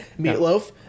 Meatloaf